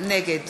נגד